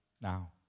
now